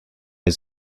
his